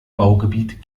baugebiet